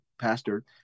Pastor